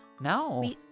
No